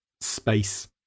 space